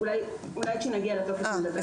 אולי כשנגיע לטופס נדבר על זה.